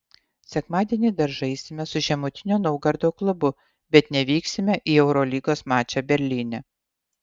sekmadienį dar žaisime su žemutinio naugardo klubu bet nevyksime į eurolygos mačą berlyne